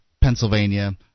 Pennsylvania